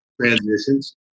transitions